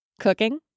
cooking